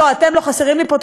לא, אתם לא חסרים לי פה.